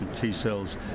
T-cells